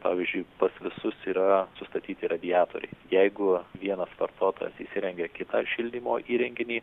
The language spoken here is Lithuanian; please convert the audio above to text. pavyzdžiui pas visus yra sustatyti radiatoriai jeigu vienas vartotojas įsirengia kitą šildymo įrenginį